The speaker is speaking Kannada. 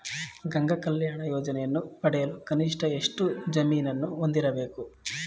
ಗಂಗಾ ಕಲ್ಯಾಣ ಯೋಜನೆಯನ್ನು ಪಡೆಯಲು ಕನಿಷ್ಠ ಎಷ್ಟು ಜಮೀನನ್ನು ಹೊಂದಿರಬೇಕು?